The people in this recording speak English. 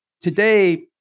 today